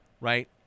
right